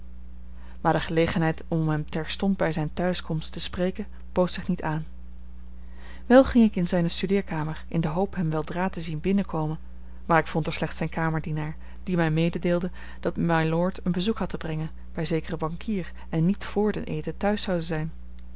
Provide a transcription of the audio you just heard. maar de gelegenheid om hem terstond bij zijne thuiskomst te spreken bood zich niet aan wel ging ik in zijne studeerkamer in de hoop hem weldra te zien binnenkomen maar ik vond er slechts zijn kamerdienaar die mij mededeelde dat mylord een bezoek had te brengen bij zekeren bankier en niet vr den eten thuis zoude zijn